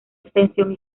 extensión